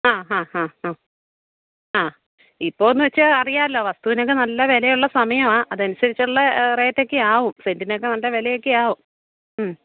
ആ ആ ആ ആ ആ ഇപ്പോഴെന്ന് വെച്ചാൽ അറിയാമല്ലോ വസ്തുവിനൊക്കെ നല്ല വില ഉള്ള സമയമാണ് അതിനനുസരിച്ചുള്ള റേറ്റ് ഒക്കെ ആകും സെന്റിനൊക്കെ നല്ല വില ഒക്കെ ആകും മ്